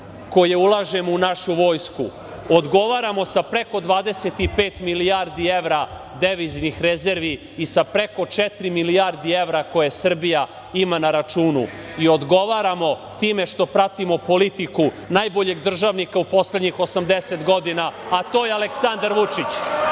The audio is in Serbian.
koje ulažemo u našu vojsku, odgovaramo sa preko 25 milijardi evra deviznih rezervi i sa preko četiri milijardi evra koje Srbija ima na računu i odgovaramo time što pratimo politiku najboljeg državnika u poslednjih 80 godina, a to je Aleksandar Vučić.